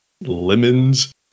Lemons